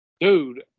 Dude